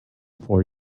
for